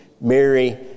Mary